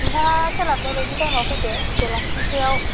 नोंथाङा सोलाबनाय बायदि टाइमाव फैदो बेलासिसोआव